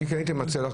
אני הייתי מציע לך,